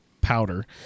powder